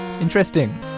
Interesting